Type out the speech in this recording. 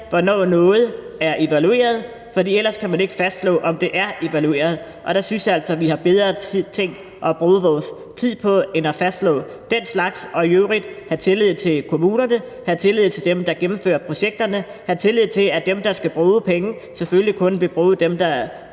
hvornår noget er evalueret, fordi ellers kan man ikke fastslå, om det er evalueret. Der synes jeg altså, vi har bedre ting at bruge vores tid på end at fastslå den slags, og at vi i øvrigt skal have tillid til kommunerne, have tillid til dem, der gennemfører projekterne, have tillid til, at dem, der skal bruge penge, selvfølgelig kun vil bruge dem på